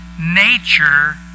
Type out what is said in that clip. Nature